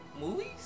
movies